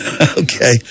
Okay